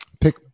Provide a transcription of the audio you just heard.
Pick